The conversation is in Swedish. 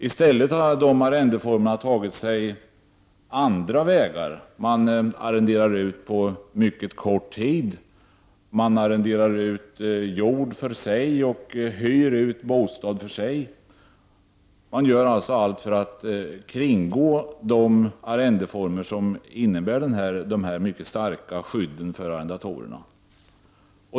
I stället har arrendeformerna tagit sig andra vägar. Man arrenderar ut på mycket kort tid. Man arrenderar ut jord för sig och hyr ut bostad för sig. Man gör alltså allt för att kringgå de arrendeformer som innebär detta mycket starka skydd för arrendatorerna.